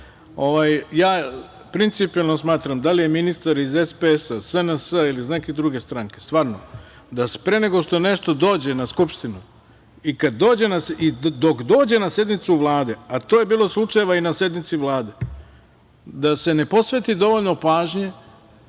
prijatelji. Principijelno smatram, da li je ministar iz SPS, SNS ili iz neke druge stranke, stvarno, da pre nego što nešto dođe na Skupštinu i kada dođe i dok dođe na sednicu Vlade, a to je bilo slučajeva i na sednici Vlade, da se ne posveti dovoljno pažnje